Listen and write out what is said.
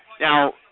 Now